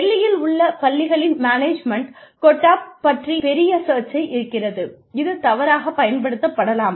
டெல்லியில் உள்ள பள்ளிகளின் மேனேஜ்மெண்ட் கோட்டாப் பற்றி பெரிய சர்ச்சை இருக்கிறது இது தவறாகப் பயன்படுத்தப்படலாம்